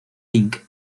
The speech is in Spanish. pink